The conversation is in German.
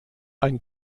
ein